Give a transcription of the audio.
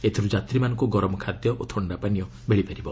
ଏଥିରୁ ଯାତ୍ରୀମାନଙ୍କୁ ଗରମ ଖାଦ୍ୟ ଓ ଥକ୍ଷା ପାନୀୟ ମିଳିପାରିବ